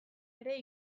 ere